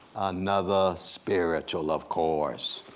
another spiritual of course.